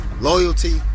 loyalty